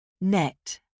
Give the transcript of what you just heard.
Net